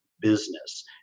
business